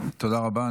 תודה רבה.